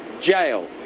jail